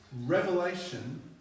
revelation